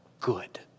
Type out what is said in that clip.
good